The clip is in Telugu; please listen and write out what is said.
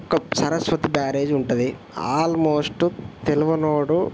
ఒక్క సరస్వతి బ్యారేజ్ ఉంటుంది ఆల్మోస్టు తెలినోడు